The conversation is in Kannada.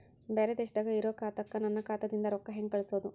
ಬ್ಯಾರೆ ದೇಶದಾಗ ಇರೋ ಖಾತಾಕ್ಕ ನನ್ನ ಖಾತಾದಿಂದ ರೊಕ್ಕ ಹೆಂಗ್ ಕಳಸೋದು?